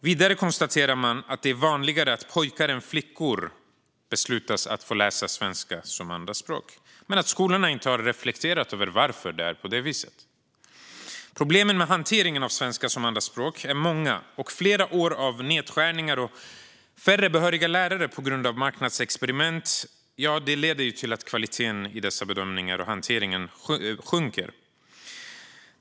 Vidare konstaterar Skolinspektionen att det är vanligare för pojkar än för flickor att de beslutas få läsa svenska som andraspråk men att skolorna inte har reflekterat över varför det är på det viset. Problemen med hanteringen av svenska som andraspråk är många, och flera år av nedskärningar och färre behöriga lärare på grund av marknadsexperiment har lett till att kvaliteten i denna hantering har sjunkit.